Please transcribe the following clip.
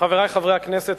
חברי חברי הכנסת,